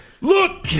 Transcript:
look